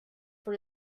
for